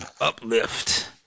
uplift